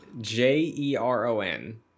J-E-R-O-N